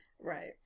Right